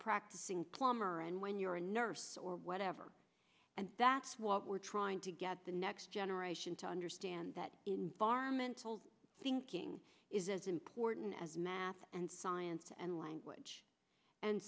practicing plumber and when you're a nurse or whatever and that's what we're trying to get the next generation to understand that environment hold thinking is as important as math and science and language and